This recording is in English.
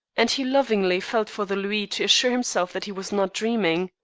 and he lovingly felt for the louis to assure himself that he was not dreaming.